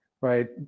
right